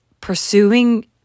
pursuing